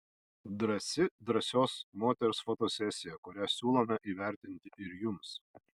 drąsi drąsios moters fotosesija kurią siūlome įvertinti ir jums